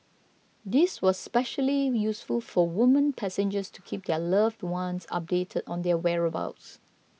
this was especially useful for women passengers to keep their loved ones updated on their whereabouts